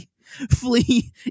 flee